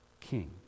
king